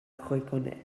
reconnaisse